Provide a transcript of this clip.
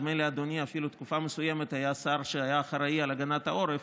נדמה לי שאדוני אפילו היה תקופה מסוימת השר שהיה אחראי להגנת העורף,